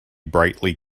brightly